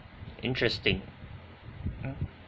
interesting mm